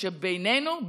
שגם בינינו,